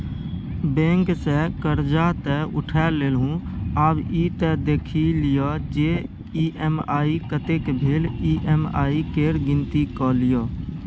bank सँ करजा तँ उठा लेलहुँ आब ई त देखि लिअ जे ई.एम.आई कतेक भेल ई.एम.आई केर गिनती कए लियौ